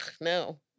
no